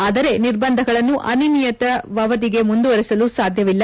ಆದರೆ ನಿರ್ಬಂಧಗಳನ್ನು ಅನಿಯಮಿತ ಅವಧಿಗೆ ಮುಂದುವರೆಸಲು ಸಾಧ್ಯವಿಲ್ಲ